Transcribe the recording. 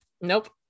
Nope